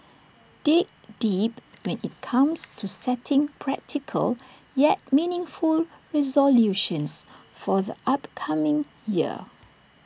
dig deep when IT comes to setting practical yet meaningful resolutions for the upcoming year